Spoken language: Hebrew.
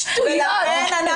שטויות.